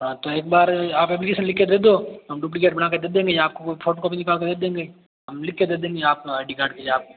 हाँ तो एक बार आप एप्लीकेशन लिख के दे दो हम डूप्लीकेट बना के दे देंगे ये आपको फोटोकॉपी निकाल के देंगे हम लिख के दे देंगे आप आई डी कार्ड के लिए आप